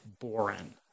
Boren